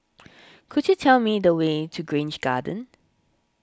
could you tell me the way to Grange Garden